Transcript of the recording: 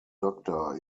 doctor